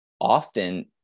often